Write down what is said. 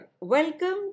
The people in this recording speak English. Welcome